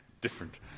different